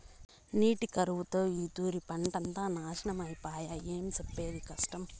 నీటి కరువుతో ఈ తూరి పంటంతా నాశనమై పాయె, ఏం సెప్పేది కష్టం